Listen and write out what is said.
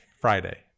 Friday